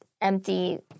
empty